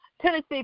Tennessee